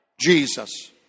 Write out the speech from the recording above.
Jesus